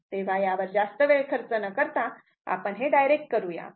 तेव्हा यावर जास्त वेळ खर्च न करता आपण हे डायरेक्ट करूया